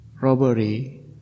robbery